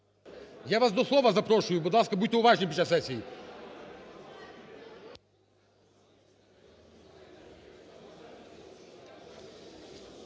Я вас до слова запрошую. Будь ласка, будьте уважні під час сесії.